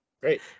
Great